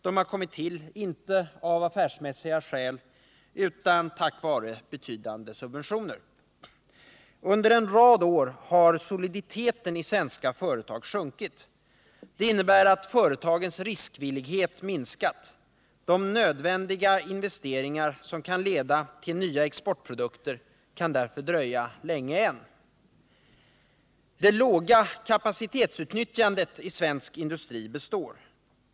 De har inte kommit till av affärsmässiga skäl utan tack vare betydande subventioner. Under en rad år har soliditeten i de svenska företagen sjunkit. Det innebär att företagens riskvillighet har minskat. De nödvändiga investeringar som kan leda till nya exportprodukter kan därför dröja länge än. Det låga kapacitetsutnyttjandet i svensk industri består.